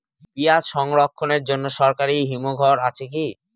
পিয়াজ সংরক্ষণের জন্য সরকারি হিমঘর আছে কি?